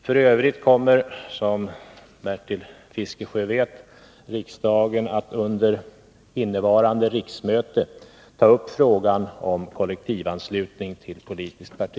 F. ö. kommer, som Bertil Fiskesjö vet, riksdagen att under innevarande riksmöte ta upp frågan om kollektivanslutning till politiskt parti.